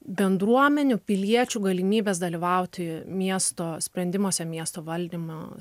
bendruomenių piliečių galimybės dalyvauti miesto sprendimuose miesto valdymo